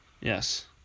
Yes